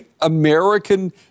American